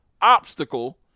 obstacle